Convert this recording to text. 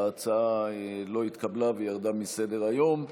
ההצעה לא התקבלה וירדה מסדר-היום.